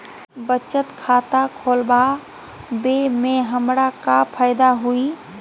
बचत खाता खुला वे में हमरा का फायदा हुई?